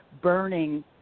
burning